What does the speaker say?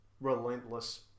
relentless